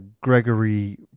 Gregory